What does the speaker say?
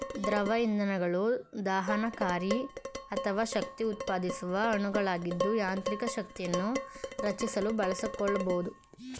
ದ್ರವ ಇಂಧನಗಳು ದಹನಕಾರಿ ಅಥವಾ ಶಕ್ತಿಉತ್ಪಾದಿಸುವ ಅಣುಗಳಾಗಿದ್ದು ಯಾಂತ್ರಿಕ ಶಕ್ತಿಯನ್ನು ರಚಿಸಲು ಬಳಸಿಕೊಳ್ಬೋದು